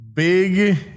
Big